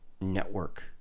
network